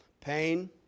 pain